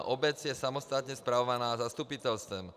Obec je samostatně spravovaná zastupitelstvem.